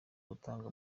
gutanga